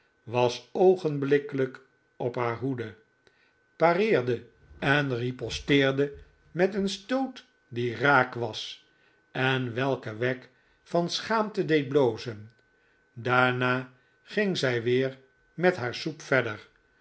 was oogenblikkelijk op haar hoede pareerde en riposteerde met een stoot die raak was en welke wagg van schaamte deed blozen daarna ging zij weer met haar soep verder